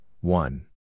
one